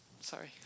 Sorry